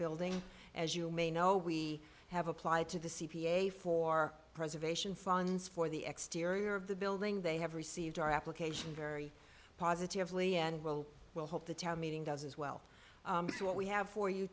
building as you may know we have applied to the c p a for preservation funds for the exterior of the building they have received our application very positively and well we'll hope the town meeting does as well as what we have for you